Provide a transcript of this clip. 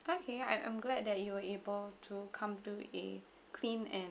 okay I am glad that you were able to come to a clean and